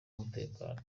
umutekano